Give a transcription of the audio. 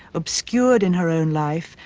obscured in her own life,